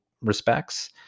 respects